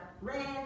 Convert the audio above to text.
red